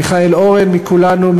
מיכאל אורן מכולנו.